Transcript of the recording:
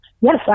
Yes